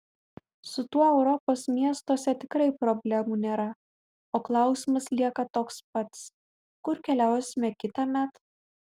su tuo europos miestuose tikrai problemų nėra o klausimas lieka toks pats kur keliausime kitąmet